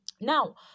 Now